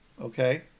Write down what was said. Okay